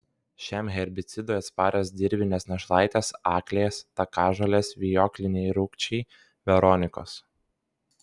šiam herbicidui atsparios dirvinės našlaitės aklės takažolės vijokliniai rūgčiai veronikos